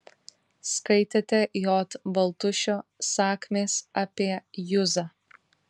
skaitėte j baltušio sakmės apie juzą